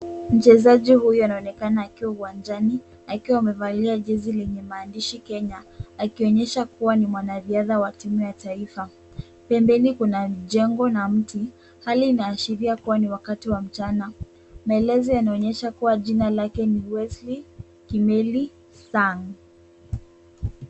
Mchezaji huyo ana onekana akiwa uwanjani. Akiwa amevalia gezi lenye maandishi Kenya, akionyesha kuwa ni mwanaviada wa timu ya taifa. Pembeni kuna mjengo na mti. Hali inaashiria kuwa ni wakati wa mchana. Maelezo yanaonyesha kuwa jina lake ni Wesley Kimeli Sang.